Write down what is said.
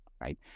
right